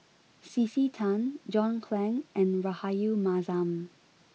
C C Tan John Clang and Rahayu Mahzam